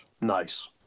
Nice